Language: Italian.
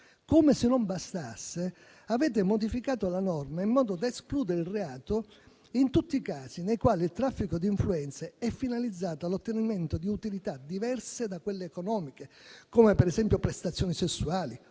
Come se non bastasse, avete modificato la norma in modo da escludere il reato in tutti i casi nei quali il traffico di influenze è finalizzato all'ottenimento di utilità diverse da quelle economiche, come prestazioni sessuali